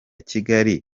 kigali